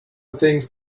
things